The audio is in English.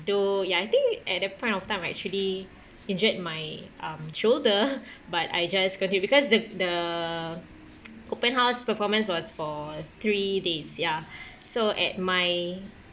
though ya I think at that point of time I actually injured my um shoulder but I just conti~ because the the open house performance was for three days ya so at my